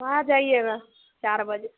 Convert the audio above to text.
वहाँ जाइएगा चार बजे